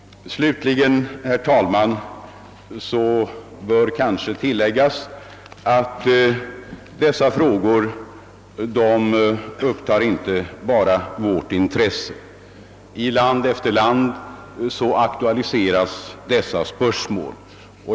Slutligen bör kanske tilläggas att dessa frågor upptar inte bara vårt intresse. I land efter land aktualiseras dessa spörsmål.